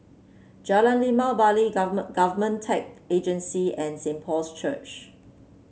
Jalan Limau Bali Government Agency and Saint Paul's Church